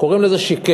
קוראים לזה שיקר,